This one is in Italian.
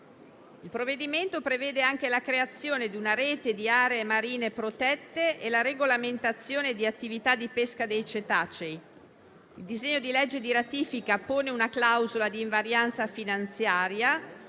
Il provvedimento prevede anche la creazione di una rete di aree marine protette e la regolamentazione delle attività di pesca dei cetacei. Il disegno di legge di ratifica pone una clausola di invarianza finanziaria;